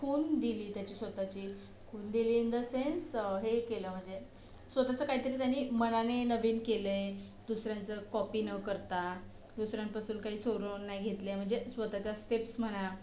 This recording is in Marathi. खूण दिली त्याची स्वतःची खूण दिली इन द सेन्स हे केलं म्हणजे स्वतःचं काहीतरी त्याने मनाने नवीन केलं आहे दुसऱ्यांचं कॉपी न करता दुसऱ्यांपासून काही चोरून नाही घेतले म्हणजे स्वतःच्या स्टेप्स म्हणा